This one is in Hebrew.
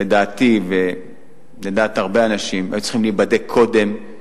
לדעתי ולדעת הרבה אנשים היו צריכים להיבדק קודם.